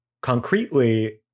Concretely